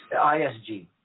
ISG